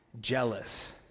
jealous